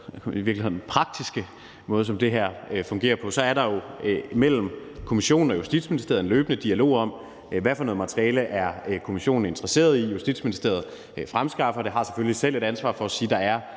i virkeligheden praktiske måde, som det her fungerer på, så er der jo mellem kommissionen og Justitsministeriet en løbende dialog om, hvad for noget materiale kommissionen er interesseret i. Justitsministeriet fremskaffer det og har selvfølgelig selv et ansvar for at sige, at der er